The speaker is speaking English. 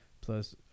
plus